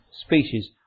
species